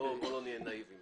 לא נהיה נאיביים.